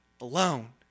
alone